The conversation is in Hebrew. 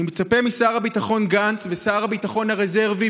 אני מצפה משר הביטחון גנץ ושר הביטחון הרזרבי